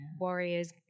warriors